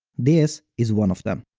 this is one of them.